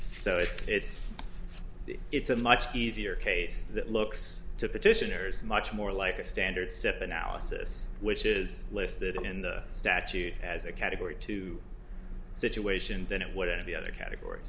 so it's a it's a much easier case that looks to petitioners much more like a standard set of analysis which is listed in the statute as a category two situation than it would in the other categor